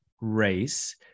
race